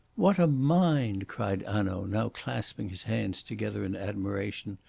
what a mind! cried hanaud, now clasping his hands together in admiration.